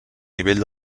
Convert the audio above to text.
nivell